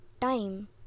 time